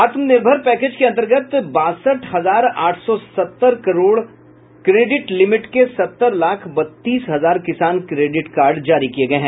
आत्मनिर्भर पैकेज के अन्तर्गत बासठ हजार आठ सौ सत्तर करोड़ क्रेडिट लिमिट के सत्तर लाख बत्तीस हजार किसान क्रेडिट कार्ड जारी किए गए हैं